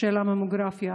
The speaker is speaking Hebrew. של הממוגרפיה.